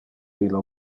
illo